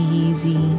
easy